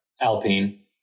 Alpine